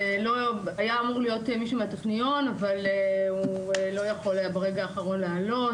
היה אמור להיות מישהו מהטכניון אבל הוא לא יכול היה ברגע האחרון לעלות,